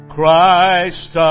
Christ